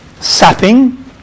sapping